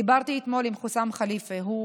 דיברתי אתמול עם חוסאם ח'ליפה, הוא